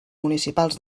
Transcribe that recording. municipals